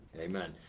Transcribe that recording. Amen